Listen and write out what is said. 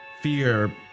fear